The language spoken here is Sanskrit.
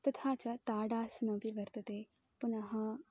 तथा च ताडासनमपि वर्तते पुनः